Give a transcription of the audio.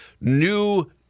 new